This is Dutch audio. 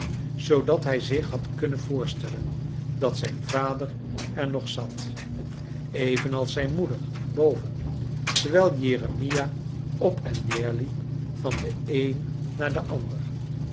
zoodat hij zich had kunnen voorstellen dat zijn vader er nog zat evenals zijn moeder boven terwijl jeremia op en neerliep van den een naar den ander